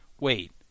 wait